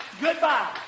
Goodbye